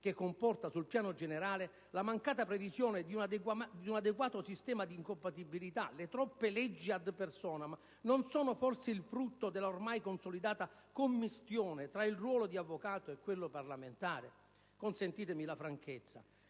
che comporta, sul piano generale, la mancata previsione di un adeguato sistema di incompatibilità: le troppe leggi *ad personam* non sono forse il frutto della ormai consolidata commistione tra il ruolo di avvocato e quello di parlamentare? Consentitemi la franchezza.